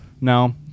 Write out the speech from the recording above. No